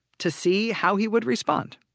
to see how he would respond